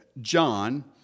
John